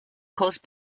caused